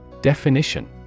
Definition